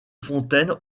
fontaine